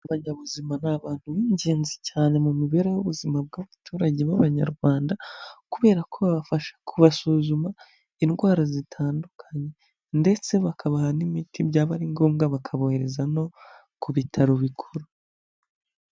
Abanyabuzima ni abantu b'ingenzi cyane mu mibereho y'ubuzima bw'abaturage b'abanyarwanda, kubera ko babafasha kubasuzuma indwara zitandukanye ndetse bakabaha n'imiti, byaba ari ngombwa bakabohereza no ku bitaro bikuru.